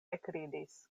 ekridis